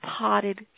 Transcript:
potted